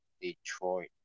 Detroit